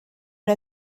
una